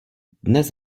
dnes